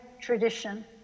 tradition